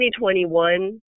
2021